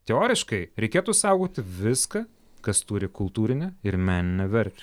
teoriškai reikėtų saugoti viską kas turi kultūrinę ir meninę vertę